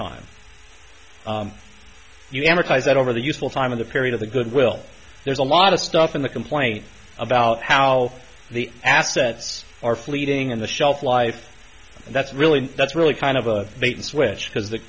time you amortize that over the useful time of the period of the good will there's a lot of stuff in the complaint about how the assets are fleeting and the shelf life that's really that's really kind of a bait and switch because the